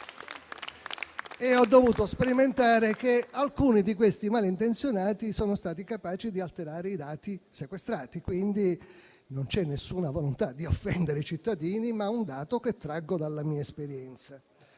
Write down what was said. Ho dovuto sperimentare che alcuni di questi malintenzionati sono stati capaci di alterare i dati sequestrati. Pertanto, non vi è alcuna volontà di offendere i cittadini, ma è un dato che traggo dalla mia esperienza.